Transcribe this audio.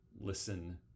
listen